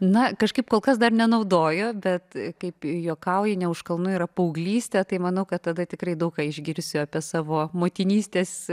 na kažkaip kol kas dar nenaudojo bet kaip juokauju ne už kalnų yra paauglystė tai manau kad tada tikrai daug ką išgirsiu apie savo motinystės